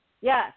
Yes